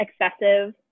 excessive